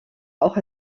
auch